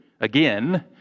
Again